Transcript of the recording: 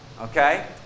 Okay